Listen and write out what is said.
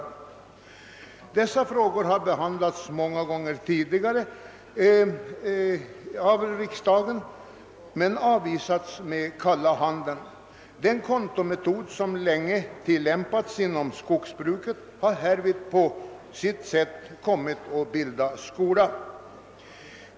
Förslag i dessa frågor har behandlats många gånger tidigare av riksdagen, men avvisats med kalla handen. Den kontometod som länge tillämpats inom skogsbruket har i detta sammanhang på sitt sätt kommit att bilda skola.